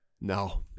No